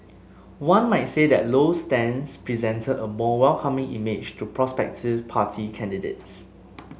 one might say that Low's stance presented a more welcoming image to prospective party candidates